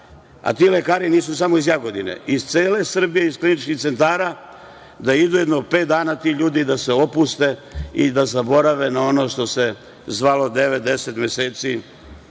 a ti lekari nisu samo iz Jagodine, iz cele Srbije, iz kliničkih centara, da idu jedno pet dana ti ljudi da se opuste i da zaborave na ono što se zvalo devet, 10 meseci,